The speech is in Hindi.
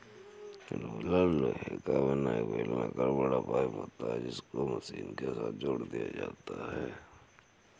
रोलर लोहे का बना एक बेलनाकर बड़ा पाइप होता है जिसको मशीन के साथ जोड़ दिया जाता है